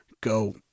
go